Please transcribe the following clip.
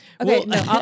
Okay